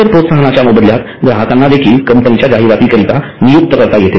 इतर प्रोत्साहनाच्या मोबदल्यात ग्राहकांना देखील कंपनीच्या जाहिराती करता नियुक्त करता येते